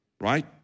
right